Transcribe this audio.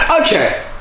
Okay